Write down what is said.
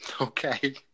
Okay